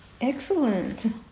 Excellent